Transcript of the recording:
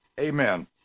Amen